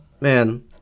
Man